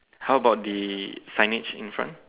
how bout the signage in front